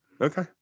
Okay